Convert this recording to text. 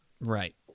Right